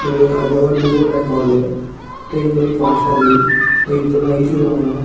मागीर अर्दें वर बिफोर टायम पावले ट्रेन बरी फाश्ट आसली ट्रेनीचो कांय इशू जावंक ना